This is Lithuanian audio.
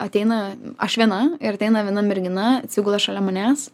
ateina aš viena ir ateina viena mergina atsigula šalia manęs